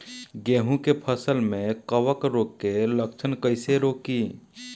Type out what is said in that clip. गेहूं के फसल में कवक रोग के लक्षण कईसे रोकी?